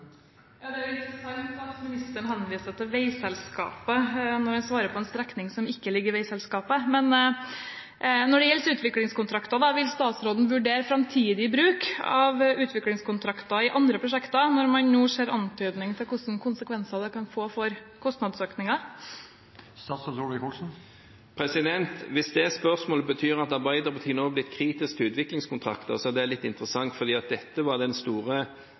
Det er interessant at ministeren henviser til Veiselskapet når han svarer om en strekning som ikke ligger i Veiselskapet. Når det gjelder utviklingskontrakter, vil statsråden vurdere framtidig bruk av utviklingskontrakter i andre prosjekter når man nå ser antydning til hvilke konsekvenser det kan få for kostnadsøkninger? Hvis det spørsmålet betyr at Arbeiderpartiet nå er blitt kritisk til utviklingskontrakter, er det litt interessant, for dette var den store